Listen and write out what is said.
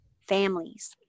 families